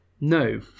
No